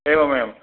एवमेवम्